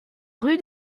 rue